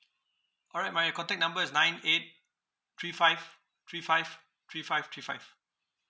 alright my contact number is nine eight three five three five three five three five